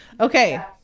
Okay